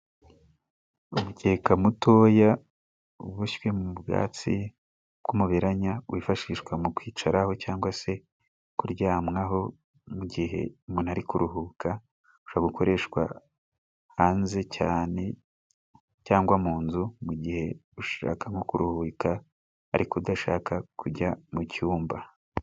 Umukeka mutoya uboshywe mu bwatsi bw'umuberanya wifashishwa mu kwicaraho, cyangwa se kuryamwaho, mu gihe umuntu ari kuruhuka. Ushobora gukoreshwa hanze cyane, cyangwa mu nzu mu gihe ushaka nko kuruhuka, ariko udashaka kujya mu cyumba.